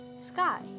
sky